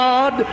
God